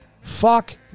Fuck